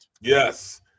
Yes